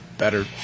Better